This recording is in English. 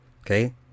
Okay